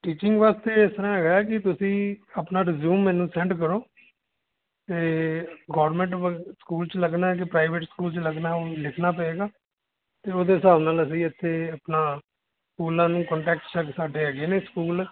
teaching ਵਾਸਤੇ ਇਸ ਤਰਾਂ ਹੈਗਾ ਕਿ ਤੁਸੀਂ ਆਪਣਾ ਰਜ਼ਿਊਮ ਮੈਨੂੰ ਸੈਂਡ ਕਰੋ ਅਤੇ ਗੌਰਮੈਂਟ ਸਕੂਲ 'ਚ ਲੱਗਣਾ ਕਿ ਪ੍ਰਾਈਵੇਟ ਸਕੂਲ 'ਚ ਲੱਗਣਾ ਉਹ ਲਿਖਣਾ ਪਏਗਾ ਅਤੇ ਉਹਦੇ ਹਿਸਾਬ ਨਾਲ ਅਸੀਂ ਇਥੇ ਆਪਣਾ ਸਕੂਲਾਂ ਨੂੰ ਕੰਟੈਕਟ ਸਾਡੇ ਹੈਗੇ ਨੇ ਸਕੂਲ